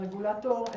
הרגולטור,